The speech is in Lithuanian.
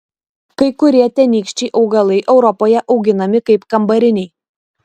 kai kurie tenykščiai augalai europoje auginami kaip kambariniai